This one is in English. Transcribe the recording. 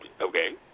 Okay